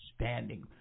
standing